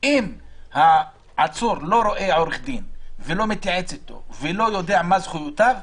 אם העצור לא רואה עורך דין ולא מתייעץ איתו ולא יודע מה זכויותיו,